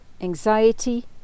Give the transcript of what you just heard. anxiety